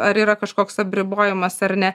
ar yra kažkoks apribojimas ar ne